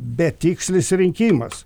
betikslis rinkimas